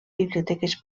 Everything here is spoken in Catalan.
biblioteques